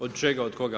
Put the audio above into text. Od čega, od koga?